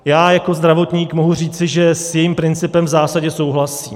Já jako zdravotník mohu říci, že s jejím principem v zásadě souhlasím.